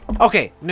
Okay